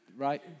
Right